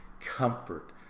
comfort